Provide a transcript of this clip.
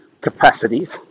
capacities